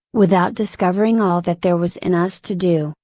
without discovering all that there was in us to do,